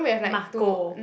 Marco